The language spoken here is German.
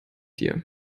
dir